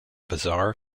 bizarre